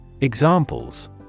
Examples